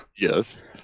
Yes